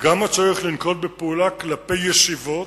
גם הצורך לנקוט פעולה כלפי ישיבות